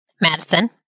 Madison